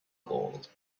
gold